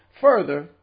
Further